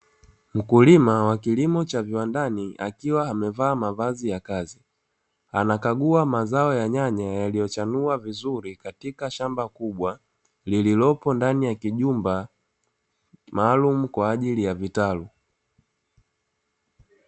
Mkulima wa kilimo cha viwandani akiwa amevaa mavazi ya kazi, anakagua mazao ya nyanya yaliyochanua vizuri katika shamba kubwa lililopo ndani ya kijumba maalumu kwaajili ya vitalu.